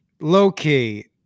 low-key